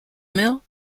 mill